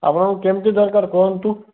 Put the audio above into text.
ଆପଣଙ୍କୁ କେମିତି ଦରକାର କୁହନ୍ତୁ